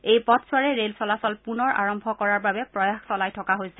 এই পথছোৱাৰে ৰেল চলাচল পুনৰ আৰম্ভ কৰাৰ বাবে প্ৰয়াস চলাই থকা হৈছে